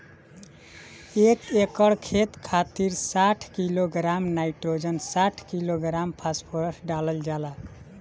एक एकड़ खेत खातिर साठ किलोग्राम नाइट्रोजन साठ किलोग्राम फास्फोरस डालल जाला?